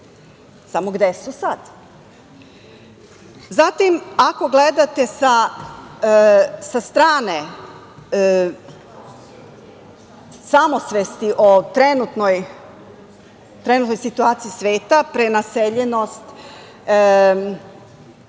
samo gde su sada? Zatim, ako gledate sa strane samosvesti o trenutnoj situaciji sveta, prenaseljenost,